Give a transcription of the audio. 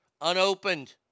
Unopened